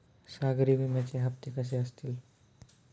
सागरी विम्याचे हप्ते कसे असतील?